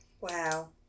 Wow